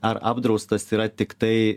ar apdraustas yra tiktai